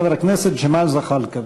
של חבר הכנסת ג'מאל זחאלקה.